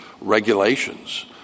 regulations